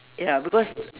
ya because